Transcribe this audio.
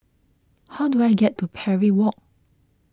how do I get to Parry Walk